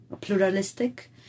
pluralistic